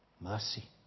Mercy